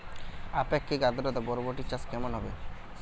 আপেক্ষিক আদ্রতা বরবটি চাষ কেমন হবে?